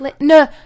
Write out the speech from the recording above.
No